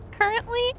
currently